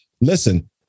Listen